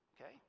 Okay